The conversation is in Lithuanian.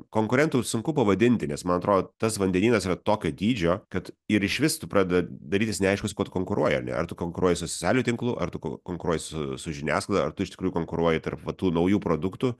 konkurentu sunku pavadinti nes man atrodo tas vandenynas yra tokio dydžio kad ir išvis tau pradeda darytis neaišku su kuo tu konkuruoji ar ne ar tu konkuruoji socialiniu tinklu ar tu konkuruoji su su žiniasklaida ar tu iš tikrųjų konkuruoji tarp va tų naujų produktų